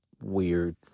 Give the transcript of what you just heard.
weird